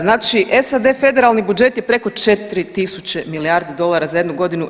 Znači SAD federalni budžet je preko 4 tisuće milijardi dolara za jednu godinu.